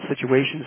situations